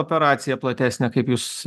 operacija platesnė kaip jūs